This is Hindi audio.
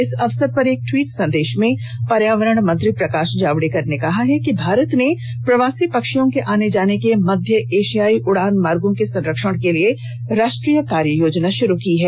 इस अवसर पर एक ट्वीट संदेश में पर्यावरण मंत्री प्रकाश जावड़ेकर ने कहा है कि भारत ने प्रवासी पक्षियों के आने जाने के मध्य एशियाई उड़ान मार्गो के संरक्षण के लिए राष्ट्रीय कार्य योजना शुरू की है